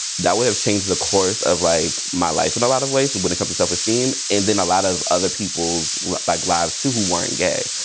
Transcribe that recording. that would have changed the course of like my life in a lot of ways, but when it comes to self esteem. and then a lot of other people's like lives too, who weren't gay.